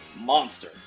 monster